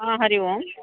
ह हरिः ओम्